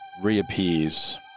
reappears